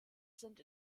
sind